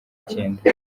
cyenda